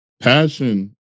Passion